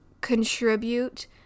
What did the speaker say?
contribute